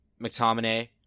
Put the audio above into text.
McTominay